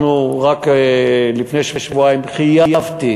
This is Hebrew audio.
רק לפני שבועיים חייבתי